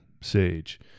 Sage